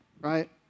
right